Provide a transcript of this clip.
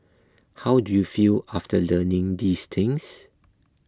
how do you feel after learning these things